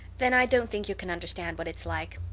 then i don't think you can understand what it's like.